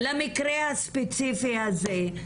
למקרה הספציפי הזה,